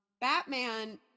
batman